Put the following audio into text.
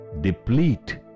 deplete